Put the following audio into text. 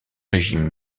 régime